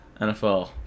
NFL